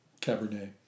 Cabernet